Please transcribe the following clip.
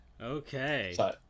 Okay